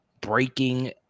breaking